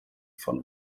von